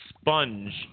sponge